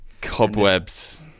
Cobwebs